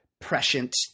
prescient